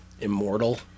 immortal